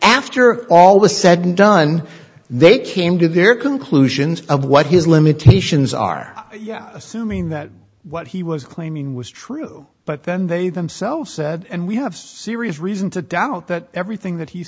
after all was said and done they came to their conclusions of what his limitations are yeah assuming that what he was claiming was true but then they themselves said and we have serious reason to doubt that everything that he's